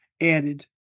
added